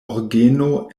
orgeno